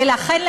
ולכן,